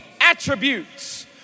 attributes